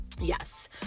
Yes